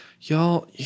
y'all